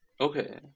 Okay